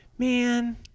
Man